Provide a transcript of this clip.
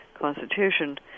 Constitution